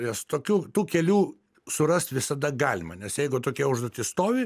nes tokių tų kelių surast visada galima nes jeigu tokia užduotis stovi